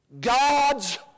God's